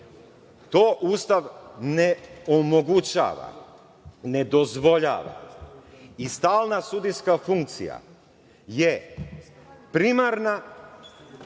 Ustav ne omogućava, ne dozvoljava i stalna sudijska funkcija je primarna,